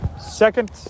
second